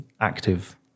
active